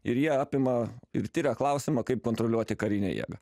ir jie apima ir tiria klausimą kaip kontroliuoti karinę jėgą